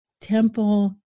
temple